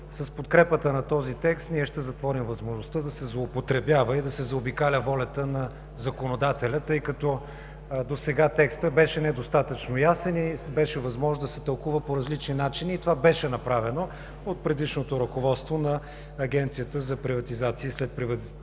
С подкрепата на този текст ние ще затворим възможността да се злоупотребява и да се заобикаля волята на законодателя, тъй като досега текстът беше недостатъчно ясен и беше възможно да се тълкува по различни начини, и това беше направено от предишното ръководство на Агенцията за приватизация и следприватизационен